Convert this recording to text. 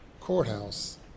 courthouse